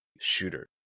shooter